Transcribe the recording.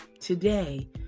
today